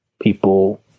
people